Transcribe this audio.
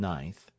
Ninth